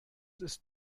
ist